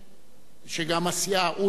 שגם הסיעה, הוא ידבר חמש דקות.